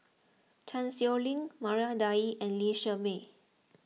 Chan Sow Lin Maria Dyer and Lee Shermay